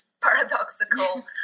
paradoxical